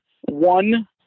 one